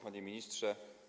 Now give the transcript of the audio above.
Panie Ministrze!